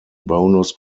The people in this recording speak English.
bonus